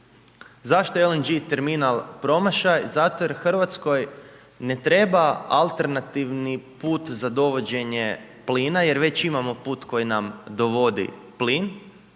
Zašto je LNG terminal promašaj? Zato jer Hrvatskoj ne treba alternativni put za dovođenje plina jer već imamo put koji nam dovodi plin